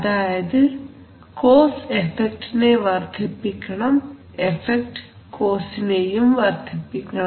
അതായത് കോസ് എഫക്റ്റിനെ വർധിപ്പിക്കണം എഫക്ട് കോസിനെയും വർധിപ്പിക്കണം